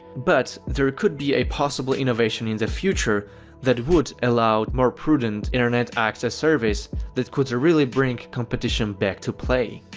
but there could be a possible innovation in the future that would allow more prudent internet access service that could so really bring competition back to play.